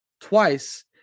twice